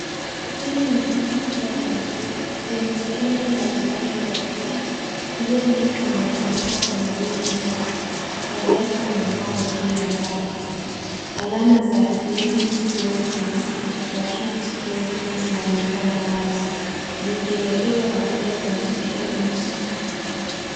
Hili ni duka kubwa la nguo lenye sehemu mbalimbali za bidhaa. Nguo nyingi zimetundikwa kwenye reki ndefu na viatu vimepangwa juu ya rafu. Alama za ladies clothing na kids clothing zinaonekana wazi. Zikielekeza wateja kwenye sehemu husika.